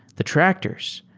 the tractors,